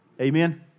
Amen